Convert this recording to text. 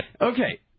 Okay